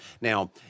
now